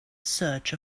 search